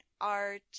Art